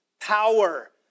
power